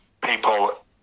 people